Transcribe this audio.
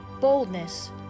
boldness